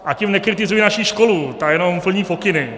A tím nekritizuji naši školu, ta jenom plní pokyny.